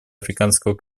африканского